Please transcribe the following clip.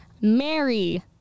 Mary